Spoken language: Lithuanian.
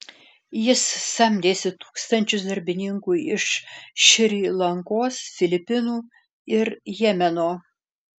jis samdėsi tūkstančius darbininkų iš šri lankos filipinų ir jemeno